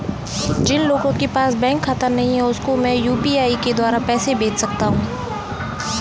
जिन लोगों के पास बैंक खाता नहीं है उसको मैं यू.पी.आई के द्वारा पैसे भेज सकता हूं?